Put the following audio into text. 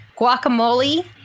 guacamole